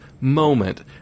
moment